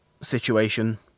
situation